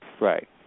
Right